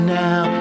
now